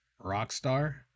Rockstar